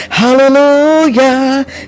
hallelujah